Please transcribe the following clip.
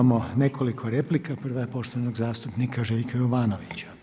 Imamo nekoliko replika, prva je poštovanog zastupnika Željka Jovanovića.